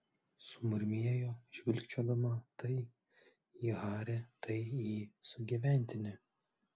sumurmėjo žvilgčiodama tai į harį tai į sugyventinį